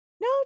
No